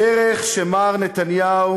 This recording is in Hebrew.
הדרך שמר נתניהו